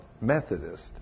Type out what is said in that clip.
Methodist